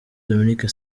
dominique